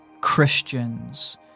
Christians